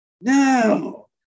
No